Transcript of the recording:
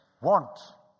want